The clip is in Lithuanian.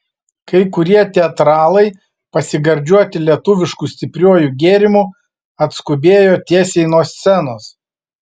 kai kurie teatralai pasigardžiuoti lietuvišku stipriuoju gėrimu atskubėjo tiesiai nuo scenos